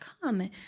come